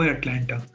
Atlanta